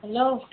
hello